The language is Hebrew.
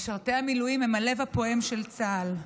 משרתי המילואים הם הלב הפועם של צה"ל,